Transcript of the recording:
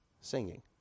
singing